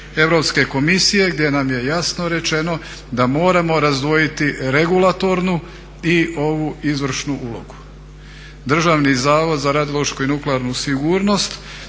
Europske komisije, gdje nam je jasno rečeno da moramo razdvojiti regulatornu i ovu izvršnu ulogu. Državni zavod za radiološku i nuklearnu sigurnost